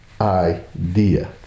idea